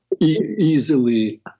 easily